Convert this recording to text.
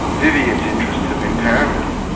vivian's interests have been paramount.